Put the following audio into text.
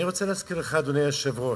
אני רוצה להזכיר לך, אדוני היושב-ראש: